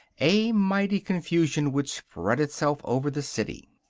a mighty confusion would spread itself over the city.